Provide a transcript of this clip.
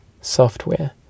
software